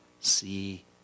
see